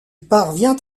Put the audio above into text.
parvient